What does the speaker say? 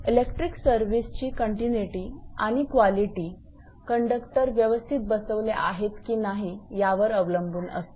electric service ची continuity आणि quality conductor व्यवस्थित बसवले आहेत की नाही यावर अवलंबून असते